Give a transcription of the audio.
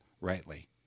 rightly